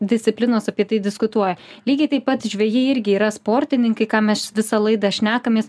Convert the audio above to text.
disciplinos apie tai diskutuoja lygiai taip pat žvejai irgi yra sportininkai ką mes visą laidą šnekamės